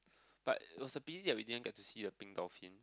but it was a pity that we didn't get to see the pink dolphins